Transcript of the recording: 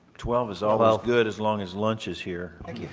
twelve is always good as long as lunch is here. thank you.